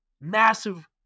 massive